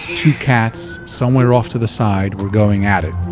two cats somewhere off to the side were going at it.